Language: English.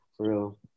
real